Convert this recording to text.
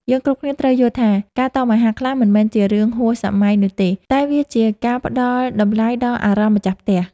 យើងគ្រប់គ្នាត្រូវយល់ថា ការតមអាហារខ្លះមិនមែនជារឿងហួសសម័យនោះទេតែវាជាការផ្តល់តម្លៃដល់អារម្មណ៍ម្ចាស់ផ្ទះ។